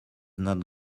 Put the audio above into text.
not